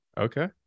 Okay